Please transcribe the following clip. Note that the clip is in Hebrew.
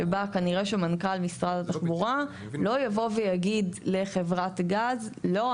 שבה כנראה שמנכ״ל משרד התחבורה לא יבוא ויגיד לחברת גז: ״לא,